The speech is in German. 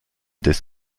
des